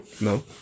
No